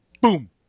Boom